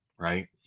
right